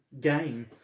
game